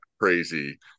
crazy